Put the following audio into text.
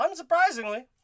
Unsurprisingly